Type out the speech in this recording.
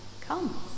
Come